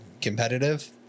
competitive